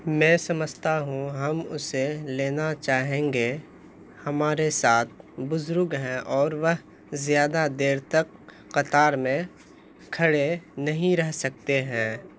میں سمجھتا ہوں ہم اسے لینا چاہیں گے ہمارے ساتھ بزرگ ہیں اور وہ زیادہ دیر تک قطار میں کھڑے نہیں رہ سکتے ہیں